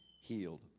healed